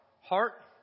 heart